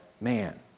Man